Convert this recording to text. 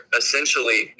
essentially